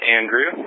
Andrew